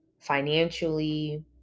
financially